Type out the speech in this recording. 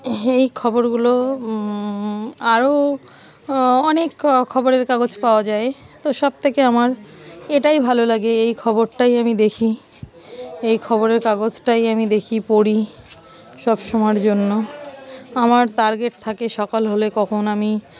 এই খবরগুলো আরও অনেক খবরের কাগজ পাওয়া যায় তো সব থেকে আমার এটাই ভালো লাগে এই খবরটাই আমি দেখি এই খবরের কাগজটাই আমি দেখি পড়ি সব সময়ের জন্য আমার টার্গেট থাকে সকাল হলে কখন আমি